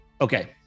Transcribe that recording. Okay